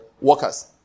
workers